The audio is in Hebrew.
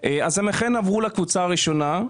לכן הם עברו לקבוצה הראשונה,